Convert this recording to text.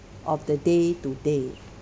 of the day to day